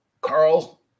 Carl